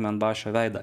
menbašo veidą